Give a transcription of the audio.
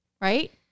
Right